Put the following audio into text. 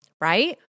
Right